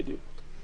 בדיוק.